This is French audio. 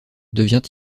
devient